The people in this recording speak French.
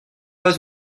pas